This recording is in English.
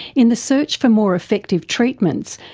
in the search for more effective treatments,